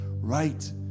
right